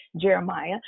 Jeremiah